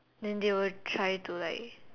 then they will try to like